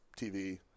TV